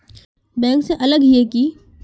Bank से अलग हिये है की?